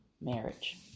marriage